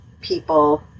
people